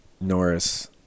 Norris